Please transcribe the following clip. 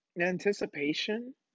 anticipation